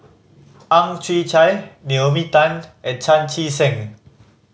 Ang Chwee Chai Naomi Tan and Chan Chee Seng